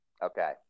Okay